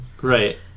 Right